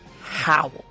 howl